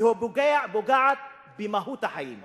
והיא פוגעת במהות החיים.